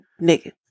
nigga